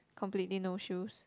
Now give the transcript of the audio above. completely no shoes